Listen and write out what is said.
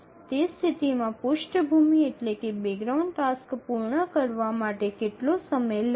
તે સ્થિતિમાં પૃષ્ઠભૂમિ ટાસ્ક પૂર્ણ થવા માટે કેટલો સમય લેશે